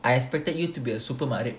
I expected you to be a super mat rep